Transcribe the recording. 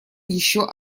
еще